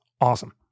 awesome